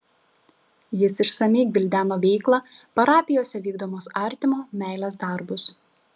jis išsamiai gvildeno veiklą parapijose vykdomus artimo meilės darbus